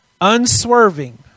unswerving